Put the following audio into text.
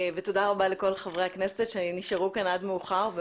ותודה רבה לכל חברי הכנסת שנשארו כאן עד מאוחר,